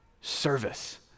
service